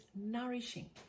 nourishing